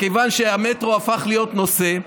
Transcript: מכיוון שהמטרו הפך להיות נושא,